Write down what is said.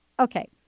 Okay